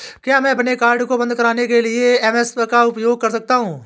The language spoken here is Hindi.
क्या मैं अपने कार्ड को बंद कराने के लिए एस.एम.एस का उपयोग कर सकता हूँ?